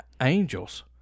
angels